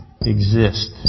exist